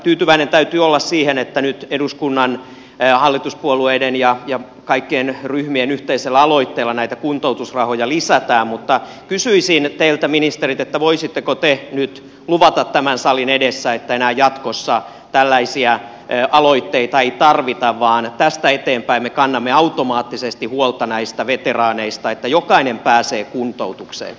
tyytyväinen täytyy olla siihen että nyt eduskunnan hallituspuolueiden ja kaikkien ryhmien yhteisellä aloitteella näitä kuntoutusrahoja lisätään mutta kysyisin teiltä ministerit että voisitteko te nyt luvata tämän salin edessä että enää jatkossa tällaisia aloitteita ei tarvita vaan tästä eteenpäin me kannamme automaattisesti huolta näistä veteraaneista niin että jokainen pääsee kuntoutukseen